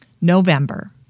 November